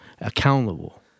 accountable